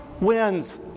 wins